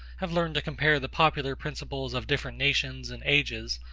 have learned to compare the popular principles of different nations and ages,